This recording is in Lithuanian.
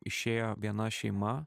išėjo viena šeima